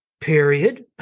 period